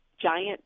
giant